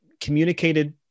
communicated